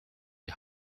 die